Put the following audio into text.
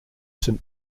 saint